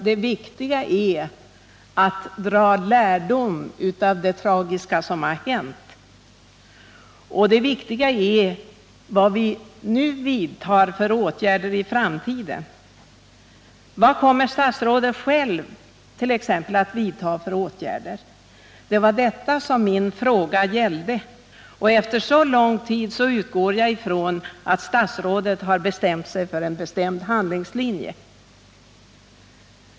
Det viktiga är att dra lärdom av det tragiska som har hänt och vilka åtgärder vi bör vidtaga i framtiden. Vad kommer t.ex. statsrådet själv att vidta för åtgärder? Det var detta min fråga gällde, och jag utgår från att statsrådet efter så lång tid nu har en bestämd handlingslinje.